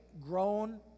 grown